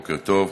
בוקר טוב,